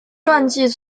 传记